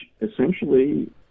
essentially